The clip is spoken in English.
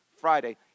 Friday